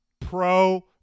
pro